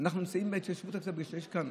אנחנו נמצאים בהתיישבות הזאת שיש כאן,